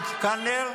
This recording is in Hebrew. קלנר?